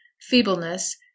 feebleness